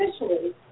officially